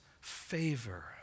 favor